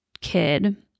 kid